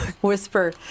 whisper